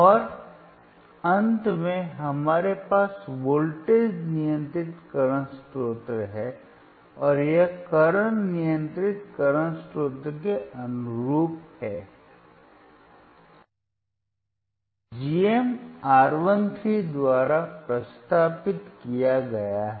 और अंत में हमारे पास वोल्टेज नियंत्रित करंट स्रोत है और यह करंट नियंत्रित वर्तमान स्रोत के अनुरूप है जिसे G m R 1 3 द्वारा प्रतिस्थापित किया गया है